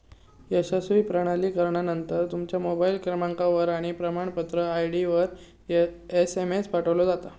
यशस्वी प्रमाणीकरणानंतर, तुमच्या मोबाईल क्रमांकावर आणि प्रमाणपत्र आय.डीवर एसएमएस पाठवलो जाता